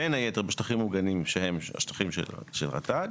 בין היתר בשטחים מוגנים שהם השטחים של רט"ג,